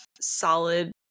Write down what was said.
solid